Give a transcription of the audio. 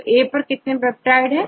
तोA पर कितने पेप्टाइड हैं